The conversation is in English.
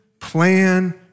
plan